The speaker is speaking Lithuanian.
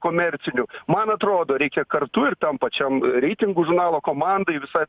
komerciniu man atrodo reikia kartu ir tam pačiam reitingų žurnalo komandai visai